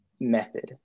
method